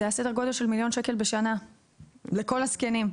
זה היה סדר גודל של מיליון שקל בשנה לכל הזקנים.